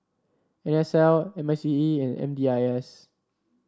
N S L M I C E and M D I S